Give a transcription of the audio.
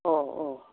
अ अ